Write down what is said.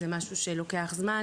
זה משהו שלוקח זמן,